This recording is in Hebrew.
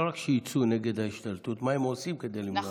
לא רק שיצאו נגד ההשתלטות, מה הם עושים כדי למנוע.